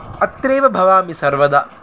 अत्रेव भवामि सर्वदा